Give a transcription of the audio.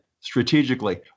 strategically